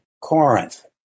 Corinth